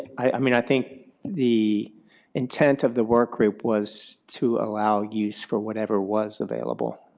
i mean i think the intent of the work group was to allow use for whatever was available,